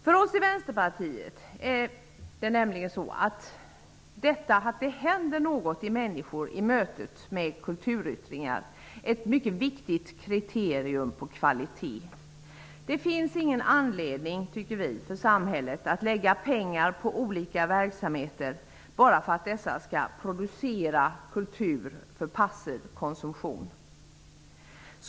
För oss i Vänsterpartiet är detta att det händer något i människor i mötet med kulturyttringar ett mycket viktigt kriterium på kvalitet. Det finns ingen anledning för samhället att lägga pengar på olika verksamheter bara för att dessa skall producera ''kultur'' för passiv konsumtion.